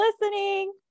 listening